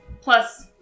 Plus